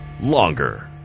Longer